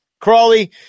Crawley